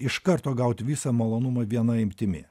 iš karto gaut visą malonumą viena imtimi